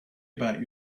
about